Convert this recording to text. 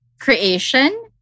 creation